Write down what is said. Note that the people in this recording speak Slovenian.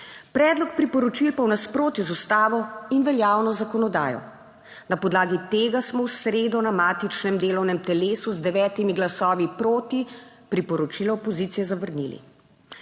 predlog priporočil pa je v nasprotju z Ustavo in veljavno zakonodajo. Na podlagi tega smo v sredo na matičnem delovnem telesu, z devetimi glasovi proti priporočila opozicije zavrnili.